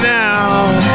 now